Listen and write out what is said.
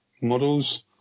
models